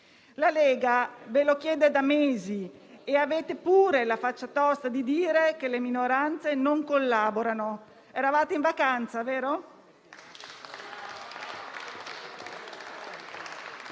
La Lega ve lo chiede da mesi e avete pure la faccia tosta di dire che le minoranze non collaborano. Eravate in vacanza, vero?